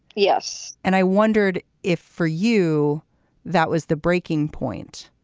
yes. and i wondered if for you that was the breaking point